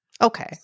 Okay